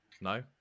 No